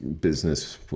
business